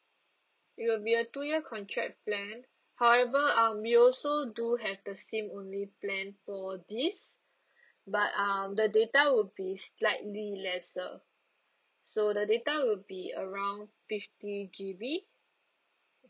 it will be a two year contract plan however um we also do have the SIM only plan for this but um the data will be slightly lesser so the data will be around fifty G_B